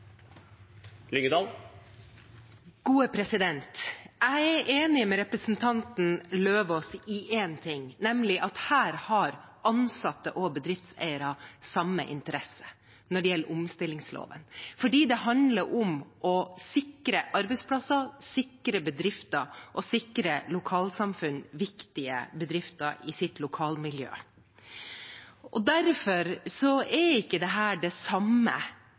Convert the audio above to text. enig med representanten Eidem Løvaas i én ting, nemlig at her har ansatte og bedriftseiere samme interesse når det gjelder omstillingsloven, fordi det handler om å sikre arbeidsplasser, sikre bedrifter og sikre lokalsamfunn viktige bedrifter i sitt lokalmiljø. Derfor er ikke dette det samme